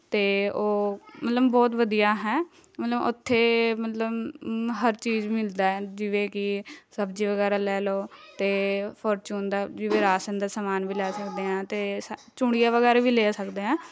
ਅਤੇ ਉਹ ਮਤਲਬ ਬਹੁਤ ਵਧੀਆ ਹੈ ਮਤਲਬ ਉੱਥੇ ਮਤਲਬ ਹਰ ਚੀਜ਼ ਮਿਲਦਾ ਜਿਵੇਂ ਕਿ ਸਬਜ਼ੀ ਵਗੈਰਾ ਲੈ ਲਓ ਅਤੇ ਫੋਰਚੂਨ ਦਾ ਜਿਵੇਂ ਰਾਸ ਅੰਦਰ ਸਮਾਨ ਵੀ ਲੈ ਸਕਦੇ ਐਂ ਅਤੇ ਸਾ ਚੂੜੀਆਂ ਵਗੈਰਾ ਵੀ ਲੈ ਸਕਦੇ ਹੈ